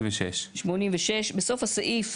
86. 86. בסוף הסעיף,